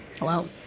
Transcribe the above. Wow